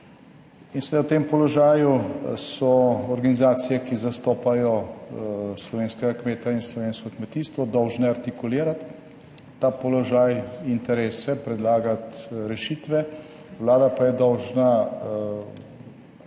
In seveda v tem položaju so organizacije, ki zastopajo slovenskega kmeta in slovensko kmetijstvo, dolžne artikulirati ta položaj, interese, predlagati rešitve, **67. TRAK (VI)